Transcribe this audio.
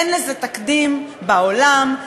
אין לזה תקדים בעולם,